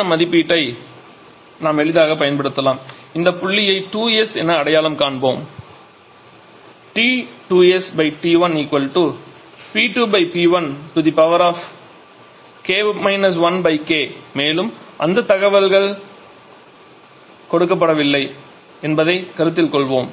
இதற்கான மதிப்பை நாம் எளிதாகப் பயன்படுத்தலாம் இந்த புள்ளியை 2s என அடையாளம் காண்போம் T2sT1k 1k மேலும் இந்தத் தகவல்கள் கொடுக்கப்படவில்லை என்பதைக் கருத்தில் கொள்வோம்